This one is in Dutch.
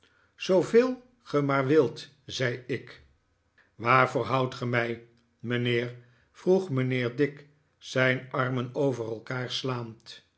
zooveel ge maar wilt zei ik waarvoor houdt ge mij mijnheer vroeg mijnheer dick zijn armen over elkaar slaand